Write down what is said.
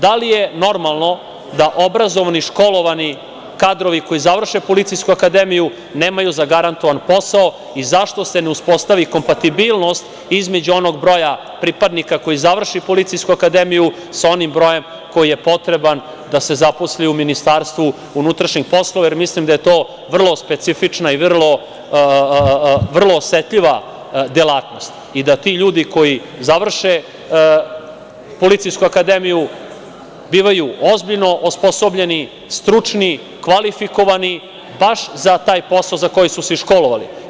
Da li je normalno da obrazovani i školovani kadrovi koji završe policijsku akademiju nemaju zagarantovan posao i zašto se ne uspostavi kompatibilnost između onog broja pripadnika koji završi policijsku akademiju sa onim brojem koji je potreban da se zaposli u MUP, jer mislim da je to specifična i vrlo osetljiva delatnost, da ti ljudi koji završe policijsku akademiju bivaju ozbiljno osposobljeni, stručni, kvalifikovani baš za taj posao za koji su se i školovali.